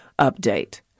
Update